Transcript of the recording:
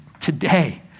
today